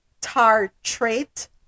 tartrate